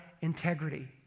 integrity